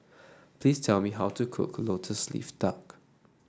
please tell me how to cook lotus leaf duck